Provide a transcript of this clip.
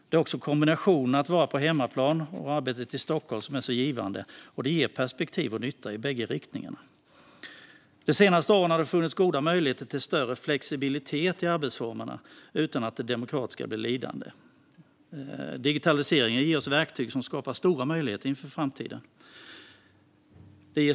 Det är också kombinationen av att vara på hemmaplan och arbetet i Stockholm som är så givande, och det ger perspektiv och nytta i bägge riktningarna. De senaste åren har det funnits goda möjligheter till större flexibilitet i arbetsformerna utan att det demokratiska arbetet blivit lidande. Digitaliseringen ger oss verktyg som skapar stora möjligheter inför framtiden.